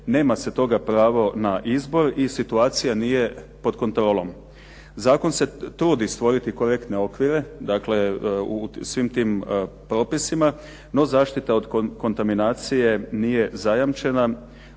nema se toga pravo na izbor i situacija nije pod kontrolom. Zakon se trudi stvoriti korektne okvire. Dakle, u svim tim propisima, no zaštita od kontaminacije nije zajamčena.